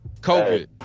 COVID